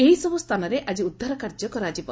ଏହିସବୁ ସ୍ଥାନରେ ଆଜି ଉଦ୍ଧାର କାର୍ଯ୍ୟ କରାଯିବ